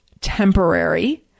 temporary